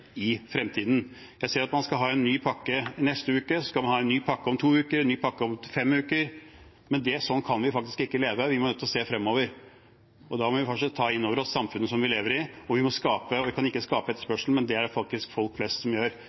i fremtiden? Jeg ser at man skal ha en ny pakke neste uke – og så skal man ha en ny pakke om to uker, en ny pakke om fem uker. Men sånn kan vi faktisk ikke leve. Vi er nødt til å se fremover, og da må vi fortsatt ta inn over oss samfunnet som vi lever i. Vi kan ikke skape etterspørsel, det er det faktisk folk flest som gjør.